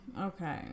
okay